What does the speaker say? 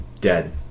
Dead